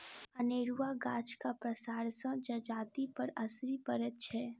अनेरूआ गाछक पसारसँ जजातिपर असरि पड़ैत छै